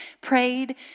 prayed